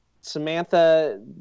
Samantha